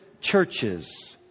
churches